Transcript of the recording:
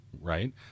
right